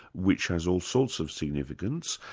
which has all sorts of significance,